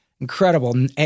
incredible